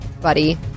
buddy